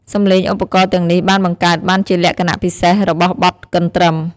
សំឡេងឧបករណ៍ទាំងនេះបានបង្កើតបានជាលក្ខណៈពិសេសរបស់បទកន្ទ្រឹម។